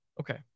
Okay